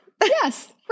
yes